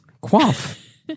Quaff